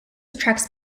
attracts